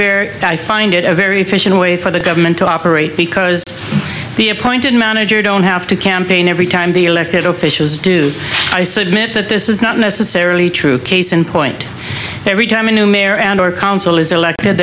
very find it a very efficient way for the government to operate because the appointed manager don't have to campaign every time the elected officials do i submit that this is not necessarily true case in point every time a new mayor and or council is elected